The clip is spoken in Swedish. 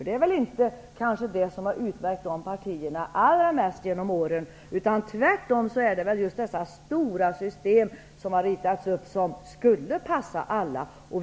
Den åsikten han nog inte utmärkt de partierna allra mest genom åren. Tvärtom har man velat ha stora system som skulle passa alla.